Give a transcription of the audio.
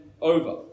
over